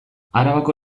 arabako